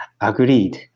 agreed